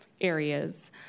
areas